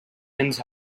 ends